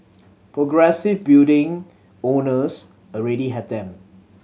progressive building owners already have them